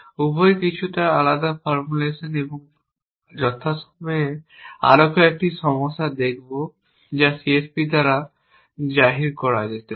উভয়ই কিছুটা আলাদা ফর্মুলেশন এবং আমরা যথাসময়ে আরও কয়েকটি সমস্যা দেখব যা CSP হিসাবে জাহির করা যেতে পারে